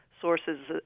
sources